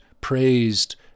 praised